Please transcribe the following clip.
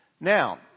Now